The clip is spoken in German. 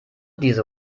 diese